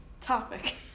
topic